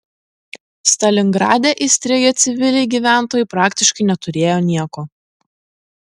stalingrade įstrigę civiliai gyventojai praktiškai neturėjo nieko